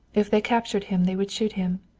if they captured him they would shoot him.